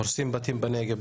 הורסים בתים בנגב,